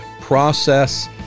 process